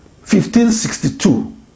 1562